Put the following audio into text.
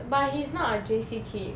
but he's not a J_C kid